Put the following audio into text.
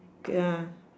ya